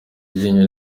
iryinyo